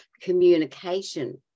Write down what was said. communication